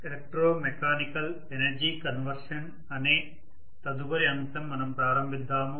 electromechanical energy conversion అనే తదుపరి అంశం మనం ప్రారంభిద్దాము